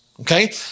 okay